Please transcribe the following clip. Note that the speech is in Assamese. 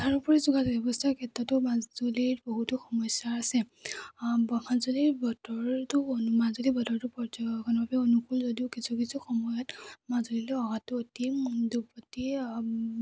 তাৰোপৰি যোগাযোগ ব্যৱস্থাৰ ক্ষেত্ৰতো মাজুলীৰ বহুতো সমস্যা আছে মাজুলীৰ বতৰটো মাজুলী বতৰটো পৰ্যটনৰ বাবে অনুকূল যদিও কিছু কিছু সময়ত মাজুলীলৈ অহাটো অতি দূৰ্গতি